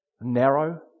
Narrow